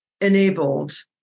enabled